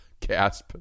Casp